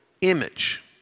image